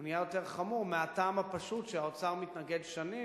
הוא נהיה יותר חמור מהטעם הפשוט שהאוצר מתנגד שנים,